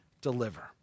deliver